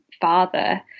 father